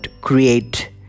create